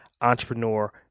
entrepreneur